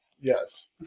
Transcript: Yes